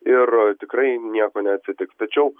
ir tikrai nieko neatsitiks tačiau